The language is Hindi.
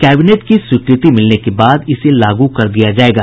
कैबिनेट की स्वीकृति मिलने के बाद इसे लागू कर दिया जायेगा